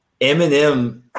Eminem